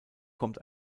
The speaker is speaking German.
kommt